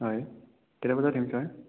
হয় কেইটা বজাত আহিম ছাৰ